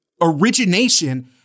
origination